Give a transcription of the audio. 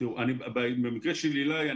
במקרה של עילי,